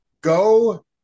Go